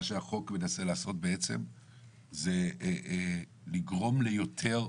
מה שהחוק מנסה לעשות בעצם זה לגרום ליותר,